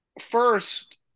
First